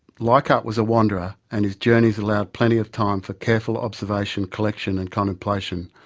leichhardt was a wanderer and his journeys allowed plenty of time for careful observation, collection and contemplation.